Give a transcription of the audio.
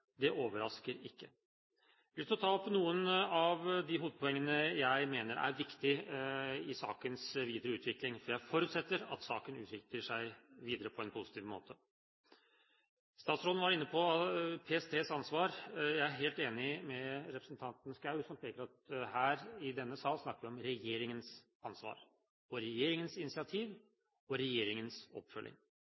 Det overrasker ikke. Jeg skal ta opp noen av de hovedpoengene jeg mener er viktige i sakens videre utvikling, for jeg forutsetter at saken utvikler seg videre på en positiv måte. Statsråden var inne på PSTs ansvar. Jeg er helt enig med representanten Schou, som peker på at her i denne sal snakker vi om regjeringens ansvar, regjeringens initiativ og regjeringens